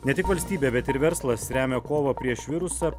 ne tik valstybė bet ir verslas remia kovą prieš virusą